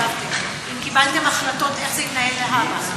אם קיבלתם החלטות איך זה יתנהל להבא,